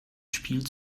spiel